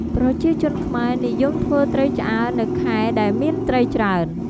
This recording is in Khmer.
ប្រជាជនខ្មែរនិយមធ្វើត្រីឆ្អើរនៅខែដែលមានត្រីច្រើន។